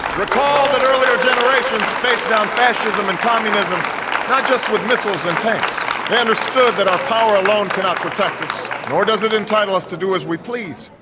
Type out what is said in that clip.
recall that earlier generations faced down fascism and communism not just with missiles and tanks. they understood that our power alone cannot protect us, nor does it entitle us to do as we please,